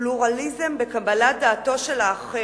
פלורליזם וקבלת דעתו של האחר.